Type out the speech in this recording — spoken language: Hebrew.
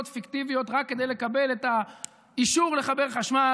פיקטיביות רק כדי לקבל את האישור לחבר חשמל.